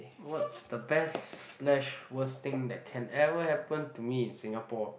what's the best slash worst thing that can ever happen to me in Singapore